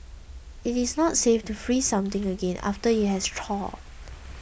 it is not safe to freeze something again after it has thawed